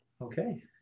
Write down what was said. Okay